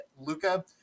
Luca